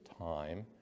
time